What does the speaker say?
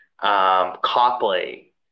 Copley